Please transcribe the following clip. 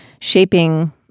shaping